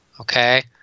Okay